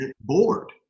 bored